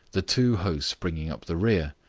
the two hosts bringing up the rear,